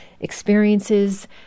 experiences